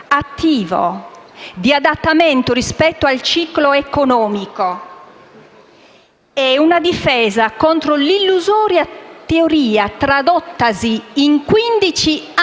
di adattamento rispetto al ciclo economico; è una difesa contro l'illusoria teoria, tradottasi in quindici